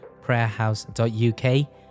prayerhouse.uk